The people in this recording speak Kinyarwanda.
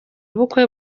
ubukwe